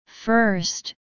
First